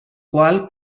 qual